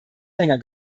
länger